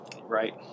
Right